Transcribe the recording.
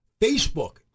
Facebook